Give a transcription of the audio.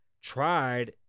tried